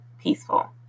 peaceful